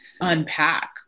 unpack